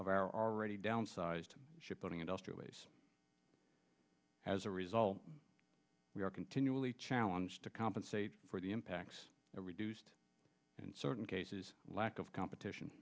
of our already downsized shipping industrial base as a result we are continually challenge to compensate for the impacts are reduced in certain cases lack of competition